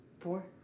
Four